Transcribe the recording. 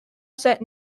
set